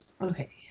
okay